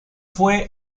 fue